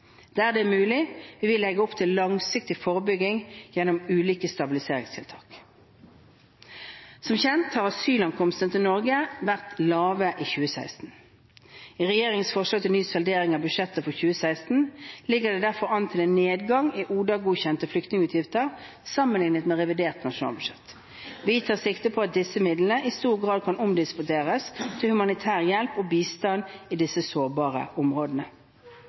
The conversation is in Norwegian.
Der det er mulig, vil vi legge opp til langsiktig forebygging gjennom ulike stabiliseringstiltak. Som kjent har asylankomstene til Norge vært lave i 2016. I regjeringens forslag til ny saldering av budsjettet for 2016 ligger det derfor an til en nedgang i ODA-godkjente flyktningutgifter sammenlignet med revidert nasjonalbudsjett. Vi tar sikte på at disse midlene i stor grad kan omdisponeres til humanitær hjelp og bistand i disse sårbare områdene.